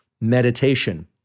meditation